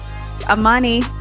Amani